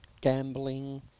gambling